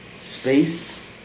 Space